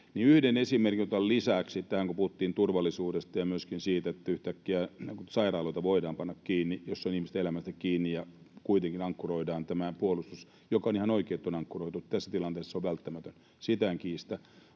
Yhden esimerkin otan tähän lisäksi, kun puhuttiin turvallisuudesta ja myöskin siitä, että yhtäkkiä sairaaloita voidaan panna kiinni, vaikka se on ihmisten elämästä kiinni, mutta kuitenkin ankkuroidaan tämä puolustus. On ihan oikein, että on ankkuroitu, tässä tilanteessa se on välttämätöntä, sitä en kiistä,